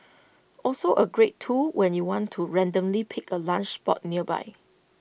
also A great tool when you want to randomly pick A lunch spot nearby